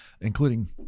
including